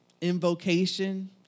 invocation